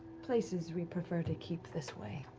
places we'd prefer to keep this way.